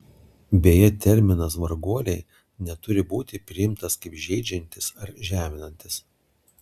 beje terminas varguoliai neturi būti priimtas kaip žeidžiantis ar žeminantis